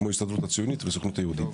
כמו ההסתדרות הציונית והסוכנות היהודית.